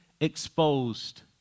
exposed